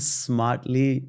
smartly